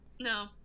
no